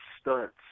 stunts